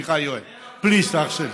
סליחה, יואל, please, תרשה לי.